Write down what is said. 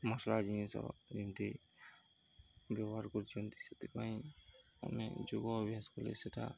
ମସଲା ଜିନିଷ ଯେମିତି ବ୍ୟବହାର କରୁଛନ୍ତି ସେଥିପାଇଁ ଆମେ ଯୋଗ ଅଭ୍ୟାସ କଲେ ସେଟା